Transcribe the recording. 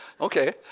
Okay